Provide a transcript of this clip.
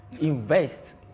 Invest